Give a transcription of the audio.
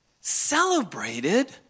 celebrated